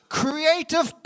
creative